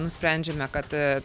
nusprendžiame kad